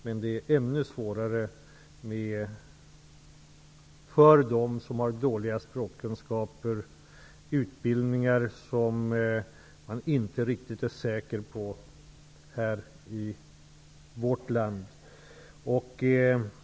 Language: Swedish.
Men svårigheterna är ännu större för dem som har dåliga språkkunskaper eller som har utbildningar som man i vårt land inte riktigt kan bedöma.